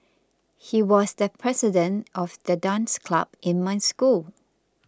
he was the president of the dance club in my school